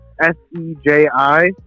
S-E-J-I